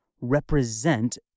represent